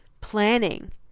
planning